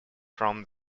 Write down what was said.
from